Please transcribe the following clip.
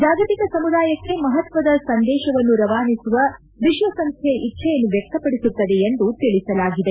ಜಾಗತಿಕ ಸಮುದಾಯಕ್ಕೆ ಮಹತ್ವದ ಸಂದೇಶವನ್ನು ರವಾನಿಸುವ ವಿಶ್ವಸಂಸ್ವೆಯ ಇಚ್ದೆಯನ್ನು ವ್ಯಕ್ತಪಡಿಸುತ್ತದೆ ಎಂದು ತಿಳಿಸಲಾಗಿದೆ